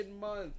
month